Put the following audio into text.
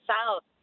South